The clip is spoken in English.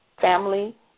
family